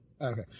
Okay